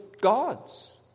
gods